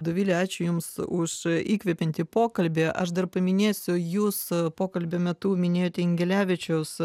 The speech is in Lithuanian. dovile ačiū jums už įkvepiantį pokalbį aš dar paminėsiu jūs pokalbio metu minėjote ingelevičiaus